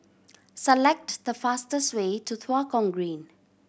select the fastest way to Tua Kong Green